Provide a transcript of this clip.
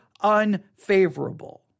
unfavorable